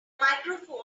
microphone